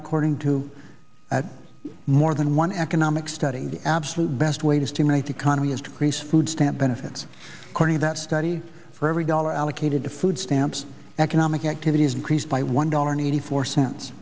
according to at more than one economic study the absolute best way to stimulate the economy is to grease food stamp benefits according that study for every dollar allocated to food stamps economic activity is increased by one dollar ninety four cents